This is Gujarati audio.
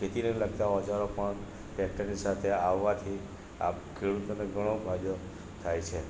ખેતીને લગતા ઓજારો પણ ટેક્ટરની સાથે આવવાથી આપ ખેડુતોને ઘણો ફાયદો થાય છે